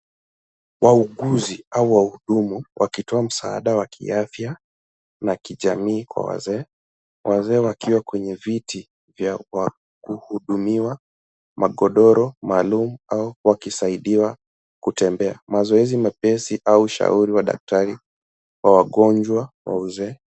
Wauguzi au wahudumu wakitoa msaada wa kiafya la kijamii kwa wazee, wazee wakiwa kwenye viti kwa kuhudumiwa magodoro maalum au wakisaidiwa kutembea. Mazoezi mepesi au ushauri wa daktari wa wagonjwa wa uzee.